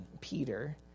Peter